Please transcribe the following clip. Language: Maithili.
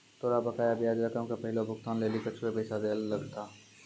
तोरा बकाया ब्याज रकम के पहिलो भुगतान लेली कुछुए पैसा दैयल लगथा